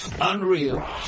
Unreal